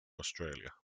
australia